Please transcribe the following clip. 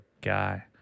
guy